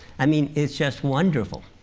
i mean, it's just wonderful.